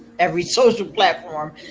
every social platform,